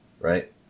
Right